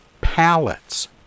pallets